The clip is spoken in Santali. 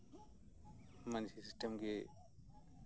ᱢᱟᱹᱡᱷᱤ ᱥᱚᱥᱴᱮᱢ ᱜᱮ